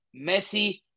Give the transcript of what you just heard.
Messi